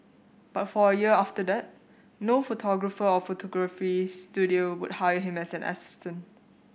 but for a year after that no photographer or photography studio would hire him as an assistant